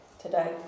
Today